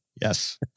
Yes